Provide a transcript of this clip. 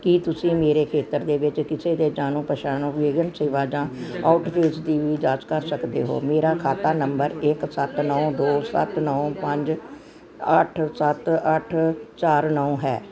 ਕੀ ਤੁਸੀਂ ਮੇਰੇ ਖੇਤਰ ਦੇ ਵਿੱਚ ਕਿਸੇ ਵੀ ਜਾਣੇ ਪਛਾਣੇ ਵਿਘਨ ਸੇਵਾ ਜਾਂ ਆਉਟੇਜ ਦੀ ਜਾਂਚ ਕਰ ਸਕਦੇ ਹੋ ਮੇਰਾ ਖਾਤਾ ਨੰਬਰ ਇੱਕ ਸੱਤ ਨੌਂ ਦੋ ਸੱਤ ਨੌਂ ਪੰਜ ਅੱਠ ਸੱਤ ਅੱਠ ਚਾਰ ਨੌਂ ਹੈ